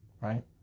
Right